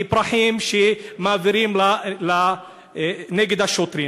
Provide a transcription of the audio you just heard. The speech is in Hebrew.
היא פרחים שמעבירים נגד השוטרים.